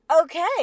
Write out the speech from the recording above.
okay